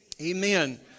Amen